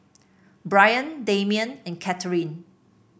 Bryan Damian and Katharine